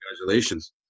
congratulations